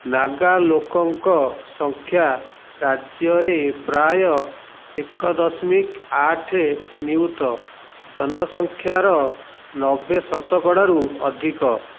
ନାଗା ଲୋକଙ୍କ ସଂଖ୍ୟା ରାଜ୍ୟରେ ପ୍ରାୟ ଏକ ଦଶମିକ ଆଠ ନିୟୁତ ଜନସଂଖ୍ୟାର ନବେ ଶତକଡାରୁ ଅଧିକ